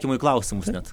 į klausimus net